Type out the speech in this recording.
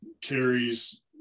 carries